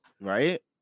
Right